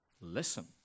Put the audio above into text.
listen